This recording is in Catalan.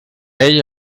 ell